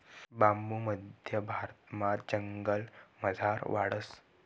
बांबू मध्य भारतमा जंगलमझार वाढस